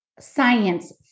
science